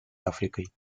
африкой